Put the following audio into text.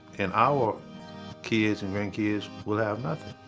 and our kids and grandkids will have nothing.